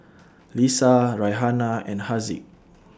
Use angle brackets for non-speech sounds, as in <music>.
<noise> Lisa Raihana and Haziq